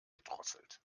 gedrosselt